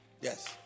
Yes